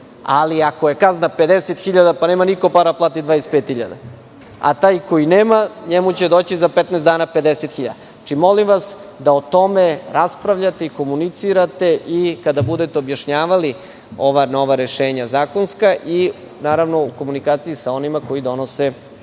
ali ako je kazna 50.000 dinara, pa nema niko para da plati 25.000 dinara, a taj koji nema, njemu će doći za 15 dana 50.000 dinara. Molim vas da o tome raspravljate i komunicirate i kada budete objašnjavali ova nova rešenja zakonska i, naravno, u komunikaciji sa onima koji donose